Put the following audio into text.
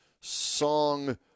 song